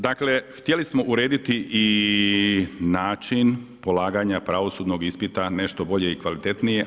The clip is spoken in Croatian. Dakle htjeli smo urediti i način ulaganja pravosudnog ispita nešto bolje i kvalitetnije.